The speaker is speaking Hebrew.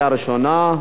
2012,